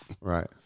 Right